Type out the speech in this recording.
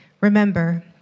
Remember